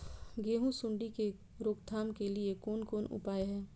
गेहूँ सुंडी के रोकथाम के लिये कोन कोन उपाय हय?